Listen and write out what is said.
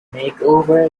makeover